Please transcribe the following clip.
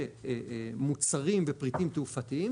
שמוצרים ופריטים תעופתיים,